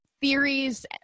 theories